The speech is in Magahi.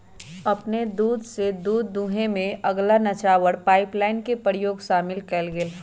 अपने स दूध दूहेमें पगला नवाचार पाइपलाइन के प्रयोग शामिल कएल गेल